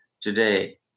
today